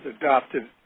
adopted